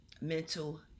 mental